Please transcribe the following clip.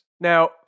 now